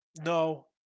No